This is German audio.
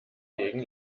gegen